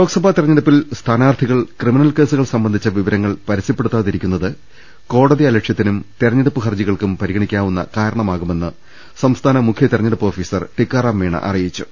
ലോക്സഭാ തിരഞ്ഞെടുപ്പിൽ സ്ഥാനാർഥികൾ ക്രിമിനൽ കേസുകൾ സംബന്ധിച്ച വിവരങ്ങൾ പരസ്യപ്പെടുത്താതിരിക്കുന്നത് കോടതിയലക്ഷ്യ ത്തിനും തിരഞ്ഞെടുപ്പ് ഹർജികൾക്കും പരിഗണിക്കാവുന്ന കാരണമാ കുമെന്ന് സംസ്ഥാന മുഖ്യ തിരഞ്ഞെടുപ്പ് ഓഫീസർ ടിക്കാറാം മീണ അറിയിച്ചു